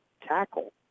tackle